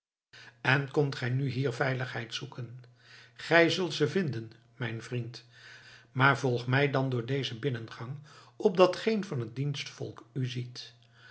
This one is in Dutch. en komt gij nu hier veiligheid zoeken gij zult ze vinden mijn vriend maar volg mij dan door deze binnengang opdat geen van het dienstvolk u ziet